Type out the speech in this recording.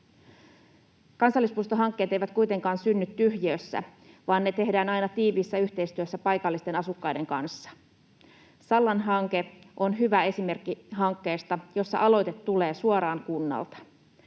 Kansallispuiston hankkeet eivät kuitenkaan synny tyhjiössä, vaan ne tehdään aina tiiviissä yhteistyössä paikallisten asukkaiden kanssa. Sallan hanke on hyvä esimerkki hankkeesta, jossa aloite tulee suoraan kunnalta.